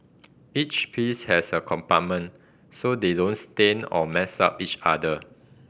each piece has a compartment so they don't stain or mess up each other